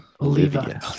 Olivia